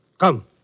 Come